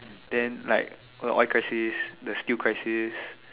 then like all the oil crisis the steel crisis